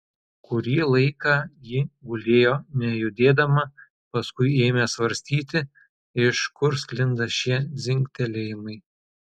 kurį laiką ji gulėjo nejudėdama paskui ėmė svarstyti iš kur sklinda šie dzingtelėjimai